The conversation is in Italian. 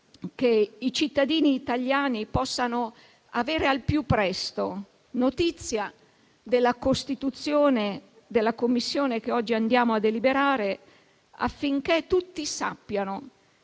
che i cittadini italiani possano avere al più presto notizia della costituzione della Commissione che oggi andiamo a deliberare, affinché tutti sappiano